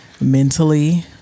mentally